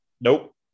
Nope